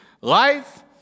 life